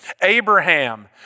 Abraham